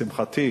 לשמחתי,